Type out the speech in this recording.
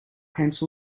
pencil